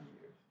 years